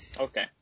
Okay